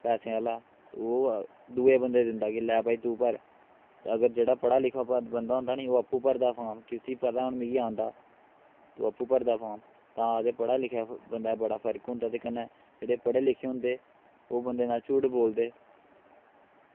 पैसें आह्ला ते ओह् दूऐ बंदे गी दिंदा कि लै भई तूं भर ते अगर जेह्ड़ा पढ़े लिखे दा बंदा होंदा नी ओह् आपूं भरदा फार्म ते उस्सी पता कि मिगी आंदा ते ओह् आपूं भरदा फार्म तां पढ़े लिखे दे बंदे दा बड़ा फर्क होंदा ते कन्नै जेह्ड़े पढ़े लिखे दे होंदे ओह् बंदे नां झूठ बोलदे